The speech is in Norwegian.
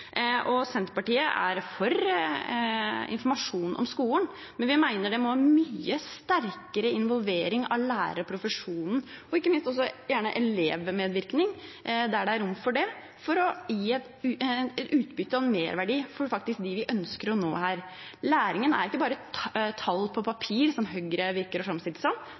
Senterpartiet er for informasjon om skolen, men vi mener det må til mye sterkere involvering av lærerprofesjonen og ikke minst også gjerne elevmedvirkning der det er rom for det, for å gi et utbytte og en merverdi for dem vi faktisk ønsker å nå her. Læringen er ikke bare tall på papir, slik det virker som om Høyre